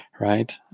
right